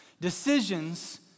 Decisions